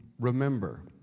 remember